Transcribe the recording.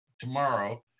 tomorrow